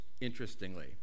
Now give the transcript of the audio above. interestingly